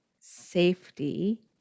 safety